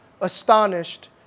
astonished